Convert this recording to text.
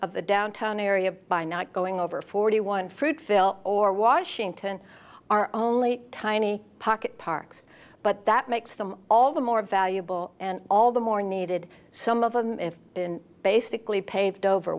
of the downtown area by not going over forty one fruit phil or washington are only tiny pocket parks but that makes them all the more valuable and all the more needed some of them if basically